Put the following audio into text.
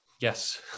Yes